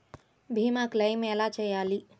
భీమ క్లెయిం ఎలా చేయాలి?